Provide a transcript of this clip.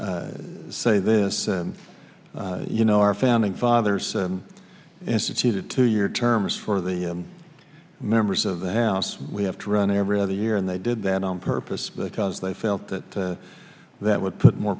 i say this you know our founding fathers instituted two year terms for the members of the house we have to run every other year and they did that on purpose because they felt that that would put more